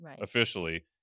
officially